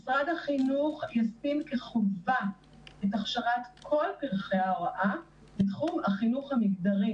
משרד החינוך ישים כחובה את הכשרת כל פרחי ההוראה בתחום החינוך המגדרי.